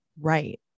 Right